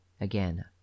again